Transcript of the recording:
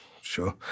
sure